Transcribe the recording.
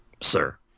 sir